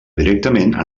directament